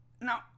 now